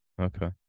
Okay